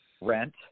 rent